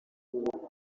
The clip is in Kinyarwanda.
bube